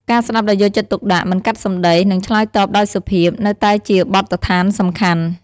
ការ ស្ដាប់ដោយយកចិត្តទុកដាក់ មិនកាត់សម្ដី និងឆ្លើយតបដោយសុភាព នៅតែជាបទដ្ឋានសំខាន់។